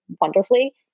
wonderfully